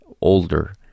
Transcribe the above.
older